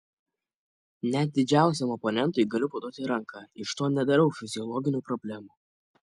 net didžiausiam oponentui galiu paduoti ranką iš to nedarau fiziologinių problemų